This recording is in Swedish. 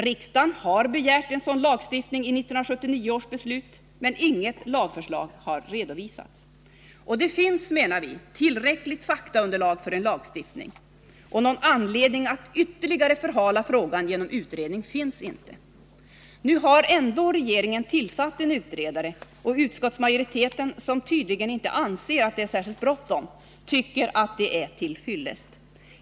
Riksdagen har begärt en sådan lagstiftning i 1979 års beslut, men inget lagförslag har redovisats. Det finns, menar vi, tillräckligt faktaunderlag för en lagstiftning. Någon anledning att ytterligare förhala frågan genom utredning finns inte. Nu har ändå regeringen tillsatt en utredare, och utskottsmajoriteten, som tydligen inte anser att det är särskilt bråttom, tycker att det är till fyllest.